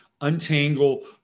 untangle